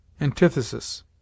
ANTITHESIS